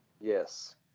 Yes